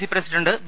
C president V